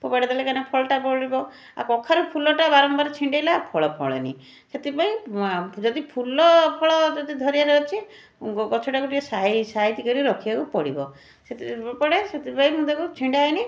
ଫୋପାଡ଼ି ଦେଲେ କାଇଁକି ନା ଫଳଟା ଫଳିବ ଆଉ କଖାରୁ ଫୁଲଟା ବାରମ୍ବାର ଛିଣ୍ଡେଇଲେ ଆଉ ଫଳ ଫଳେନି ସେଇଥିପାଇଁ ଯଦି ଫୁଲଫଳ ଯଦି ଧରିବାର ଅଛି ଗଛଟାକୁ ଟିକିଏ ସାଇ ସାଇତି କରି ରଖିବାକୁ ପଡ଼ିବ ସେଥ ପଡ଼େ ସେଥିପାଇଁ ମୁଁ ତାକୁ ଛିଣ୍ଡାଏନି